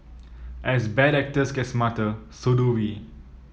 as bad actors get smarter so do we